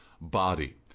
body